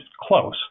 close